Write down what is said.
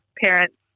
parents